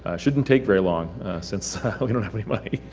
shouldn't take very long since, we don't have any money.